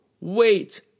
wait